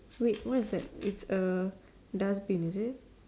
wait what is that it's a dustbin is it